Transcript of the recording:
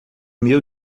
mil